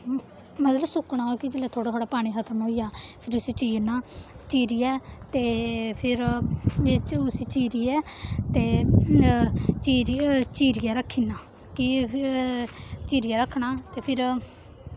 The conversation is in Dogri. मतलब सुक्कना कि जेल्लै थोह्ड़ा थोह्ड़ा पानी खत्म होइया फिर उसी चीरना चीरियै ते फिर च उसी चीरियै ते चीरी चीरियै रखी ना कि चीरियै रखना ते फिर